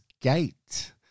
Gate